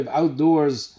outdoors